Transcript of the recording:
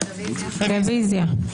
רוויזיה.